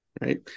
Right